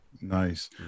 Nice